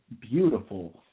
beautiful